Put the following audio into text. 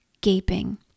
gaping